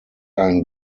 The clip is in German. ein